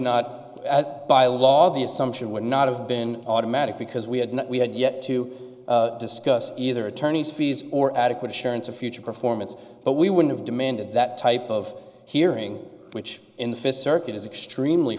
not by law the assumption would not have been automatic because we had not we had yet to discuss either attorney's fees or adequate assurance of future performance but we would have demanded that type of hearing which in the fifth circuit is extremely